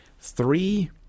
three